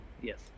yes